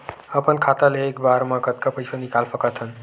अपन खाता ले एक बार मा कतका पईसा निकाल सकत हन?